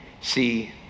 See